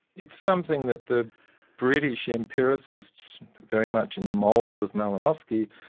it's something that the british empiricists very much in the mould of malinowski,